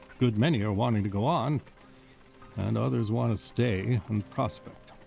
good many are wanting to go on and others want to stay and prospect.